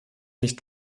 nicht